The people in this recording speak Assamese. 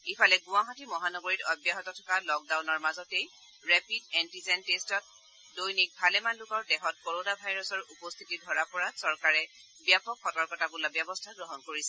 ইফালে গুৱাহাটী মহানগৰীত অব্যাহত থকা লক ডাউনৰ মাজতে ৰেপিড এণ্টিজেন টেষ্টত দৈনিক ভালেমান লোকৰ দেহত ক'ৰ'না ভাইৰাছৰ উপস্থিতি ধৰা পৰাত চৰকাৰে ব্যাপক সতৰ্কতামূলক ব্যৱস্থা গ্ৰহণ কৰিছে